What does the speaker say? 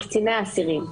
מקציני האסירים.